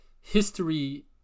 history